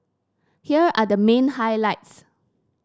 here are the main highlights